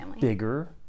bigger